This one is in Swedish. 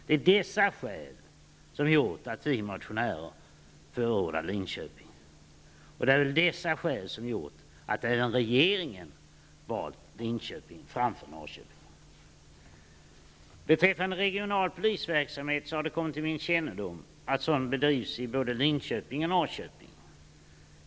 Det är dessa skäl som har gjort att vi motionärer förordar Linköping, och det är väl dessa skäl som gjort att även regeringen valt Linköping framför Beträffande regional polisverksamhet, har det kommit till min kännedom att sådan bedrivs i både Linköping och Norrköping.